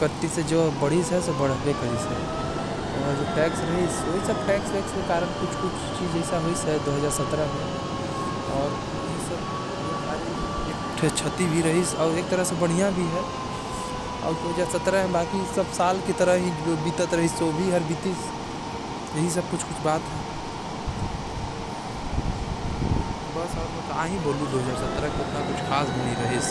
कर देहिस, जेकर वजह से बहुत सारा चीज म टैक्स लग गईस। महंगाई बढ़ गईस लेकिन एक तरीका से बड़िया भी होगईस।